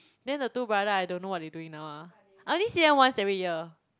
then the two brother I don't know what they doing now ah I only see them once every year